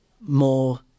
more